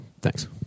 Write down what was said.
Thanks